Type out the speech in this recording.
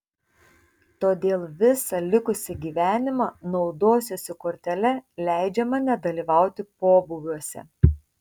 todėl visą likusį gyvenimą naudosiuosi kortele leidžiama nedalyvauti pobūviuose